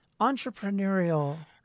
entrepreneurial